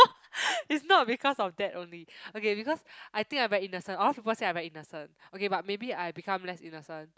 it's not because of that only okay because I think I very innocent a lot people say I very innocent okay but maybe I become less innocent